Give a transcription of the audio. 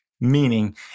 meaning